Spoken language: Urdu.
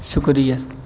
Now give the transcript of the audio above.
شکریہ